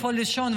איפה לישון,